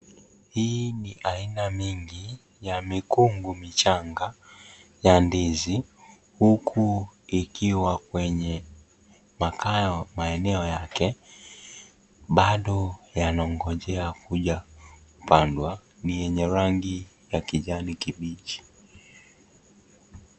Hii ni aina mingi ya mikungu michanga ya ndizi huku ikiwa kwenye makao maeneo yake. Bado yanangojea kuja kupandwa. Ni yenye rangi ya kijani kibichi.